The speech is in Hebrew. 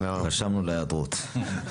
רשמנו לה היעדרות.